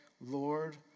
Lord